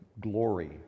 glory